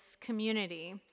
community